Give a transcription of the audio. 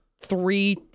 three